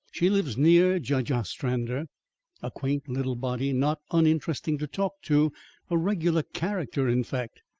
she lives near judge ostrander a quaint little body, not uninteresting to talk to a regular character, in fact.